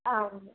ஆமாம்